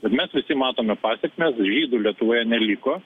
tad mes visi matome pasekmes žydų lietuvoje neliko